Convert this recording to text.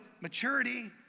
maturity